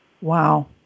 Wow